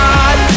God